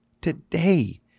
today